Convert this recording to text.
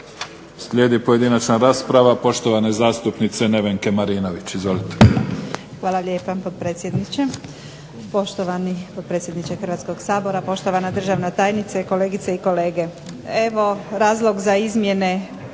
Slijedi pojedinačna rasprave poštovane zastupnice Nevenke Marinović. **Marinović, Nevenka (HDZ)** Hvala lijepa, potpredsjedniče. Poštovani potpredsjedniče Hrvatskoga sabora, poštovana državna tajnice, kolegice i kolege. Evo razlog za izmjene